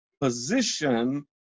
position